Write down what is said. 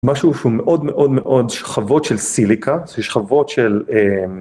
משהו שהוא מאוד מאוד מאוד שכבות של סיליקה שכבות של.